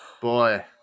Boy